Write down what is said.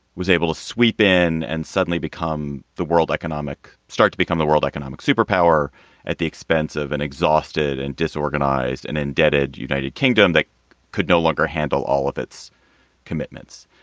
was able to sweep in and suddenly become the world economic, start to become the world economic superpower at the expense of an exhausted and disorganized and indebted united kingdom that could no longer handle all of its commitments.